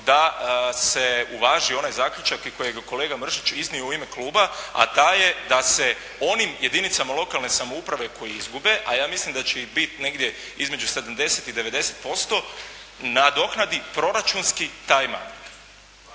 da se uvaži onaj zaključak i kojeg je kolega Mršić iznio u ime kluba, a taj je da se onim jedinicama lokalne samouprave koje izgube, a ja mislim da će ih biti negdje između 70 i 90% nadoknadi proračunski timemark.